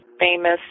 famous